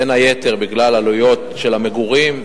בין היתר בגלל העלויות של המגורים,